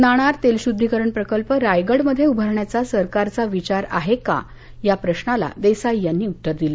नाणार तेलशुद्धीकरण प्रकल्प रायगड मध्ये उभारण्याचा सरकारचा विचार आहे का या प्रशाला देसाई यांनी उत्तर दिलं